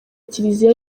kiliziya